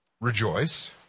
Rejoice